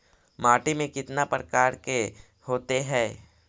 माटी में कितना प्रकार के होते हैं?